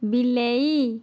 ବିଲେଇ